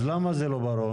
אז למה זה לא ברור?